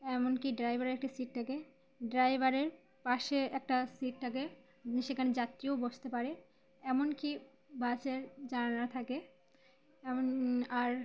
এমনকি ড্রাইভারের একটা সিট থাকে ড্রাইভারের পাশে একটা সিট থাকে সেখানে যাত্রীও বসতে পারে এমনকি বাসের জানালা থাকে এমন আর